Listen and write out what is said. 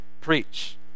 preach